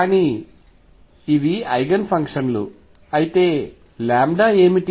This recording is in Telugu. కానీ ఇవి ఐగెన్ ఫంక్షన్లు అయితే ఏమిటి